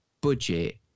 budget